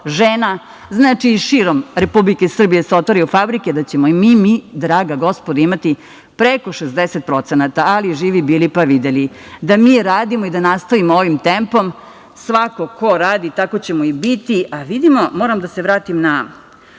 žena. Znači, širom Republike Srbije se otvaraju fabrike, da ćemo i mi draga gospodo imati preko 60%, ali živi bili pa videli. Da mi radimo i da nastavimo ovim tempom, Svako ko radi tako će mu i biti, a vidimo, moram da se vratim